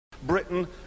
Britain